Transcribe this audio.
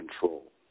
control